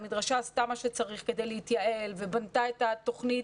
המדרשה עשתה מה שצריך כדי להתייעל ובנתה את התוכנית.